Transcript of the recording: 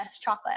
chocolate